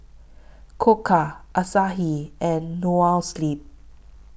Koka Asahi and Noa Sleep